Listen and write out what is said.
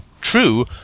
true